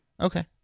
Okay